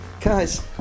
guys